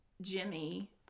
Jimmy